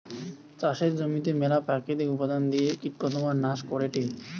চাষের জমিতে মেলা প্রাকৃতিক উপাদন দিয়ে কীটপতঙ্গ নাশ করেটে